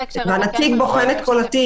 הנציג בוחן את כל התיק,